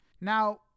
now